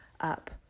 up